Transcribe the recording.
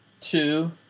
two